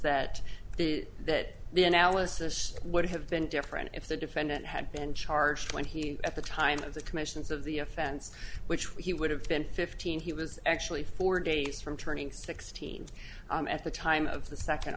that the that the analysis would have been different if the defendant had been charged when he at the time of the commissions of the offense which was he would have been fifteen he was actually four days from turning sixteen at the time of the second